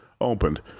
opened